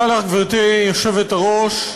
גברתי היושבת-ראש,